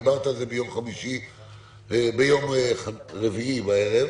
דיברת על זה ביום רביעי בערב,